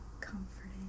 comforting